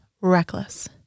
Reckless